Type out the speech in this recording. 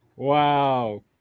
Wow